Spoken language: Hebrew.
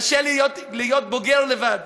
קשה להיות בוגר לבד.